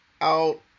out